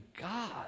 God